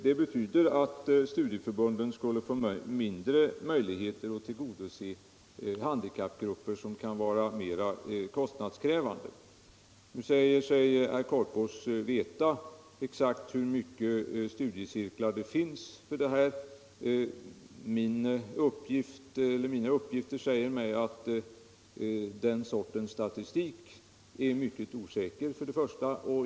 Det skulle betyda att studieförbunden finge mindre möjligheter att tillgodose handikappgrupper som kan vara mera kostnadskrävande. Nu säger sig herr Korpås veta exakt hur många studiecirklar det finns på detta område. Mina uppgifter säger mig att den sortens statistik är mycket orsäker.